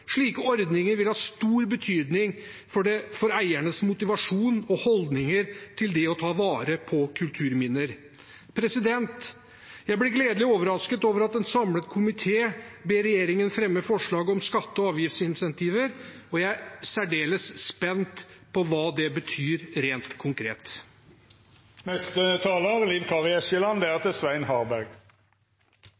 Slike ordninger vil ha stor betydning for eiernes motivasjon og holdninger til det å ta vare på kulturminner. Jeg ble gledelig overrasket over at en samlet komité ber regjeringen fremme forslag om skatte- og avgiftsinsentiver, og jeg er særdeles spent på hva det betyr rent